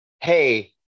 Hey